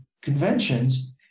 Conventions